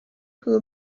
who